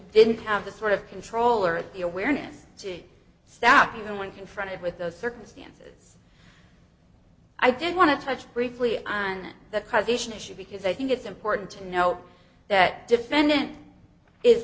didn't have the sort of control or the awareness to south even when confronted with those circumstances i did want to touch briefly on the issue because i think it's important to know that defendant is